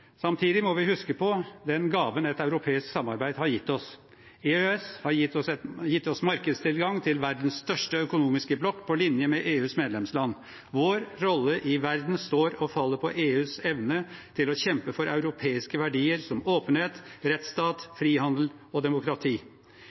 Samtidig må vi huske på den gaven et europeisk samarbeid har gitt oss. EØS har gitt oss markedstilgang til verdens største økonomiske blokk på linje med EUs medlemsland. Vår rolle i verden står og faller på EUs evne til å kjempe for europeiske verdier som åpenhet, rettsstat, frihandel og demokrati.